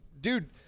dude